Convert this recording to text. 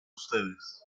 ustedes